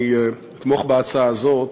אני אתמוך בהצעה הזאת,